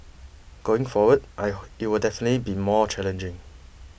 going forward it will definitely be more challenging